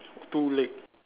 two leg